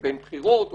לקמפיין בחירות,